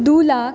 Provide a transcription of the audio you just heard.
दू लाख